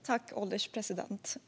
Herr ålderspresident!